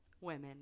women